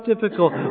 difficult